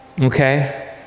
Okay